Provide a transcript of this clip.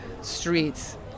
streets